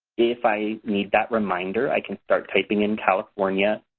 if i need that reminder i can start type in in california.